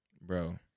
Bro